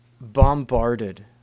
bombarded